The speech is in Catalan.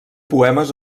poemes